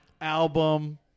album